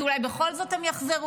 כי אולי בכל זאת הם יחזרו?